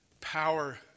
power